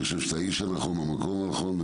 אני חושב שאתה האיש הנכון במקום הנכון,